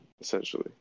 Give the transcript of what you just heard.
essentially